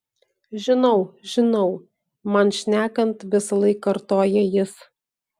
žinau žinau man šnekant visąlaik kartoja jis